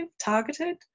targeted